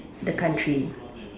the country